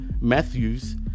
Matthews